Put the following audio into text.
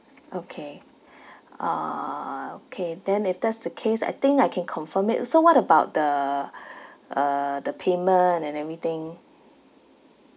okay uh okay then if that's the case I think I can confirm it so what about the uh the payment and everything